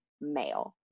male